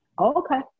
Okay